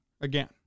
again